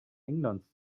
englands